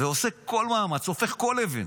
ועושה כל מאמץ, הופך כל אבן.